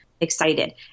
excited